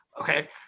Okay